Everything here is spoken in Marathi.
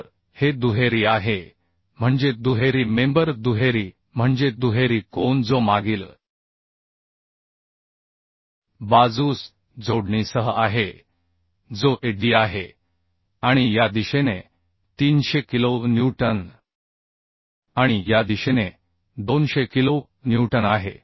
तर हे दुहेरी आहे म्हणजे दुहेरी मेंबर दुहेरी म्हणजे दुहेरी कोन जो मागील बाजूस जोडणीसह आहे जो Ad आहे आणि या दिशेने 300 किलो न्यूटन आणि या दिशेने 200 किलो न्यूटन आहे